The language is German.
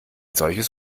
solches